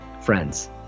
friends